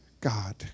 God